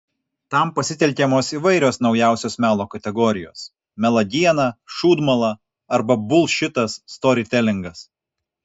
tam pasitelkiamos įvairios naujausios melo kategorijos melagiena šūdmala arba bulšitas storytelingas